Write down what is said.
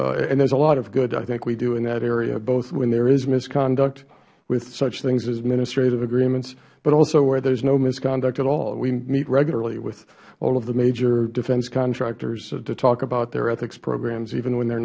place and there is a lot of good i think we do in that area both when there is misconduct with such things as administrative agreements but also where there is no misconduct at all we meet regularly with all the major defense contractors to talk about their ethics programs even when they